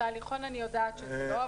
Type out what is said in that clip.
את ההליכון אני יודעת שזה לא,